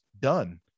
done